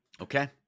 Okay